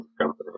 Company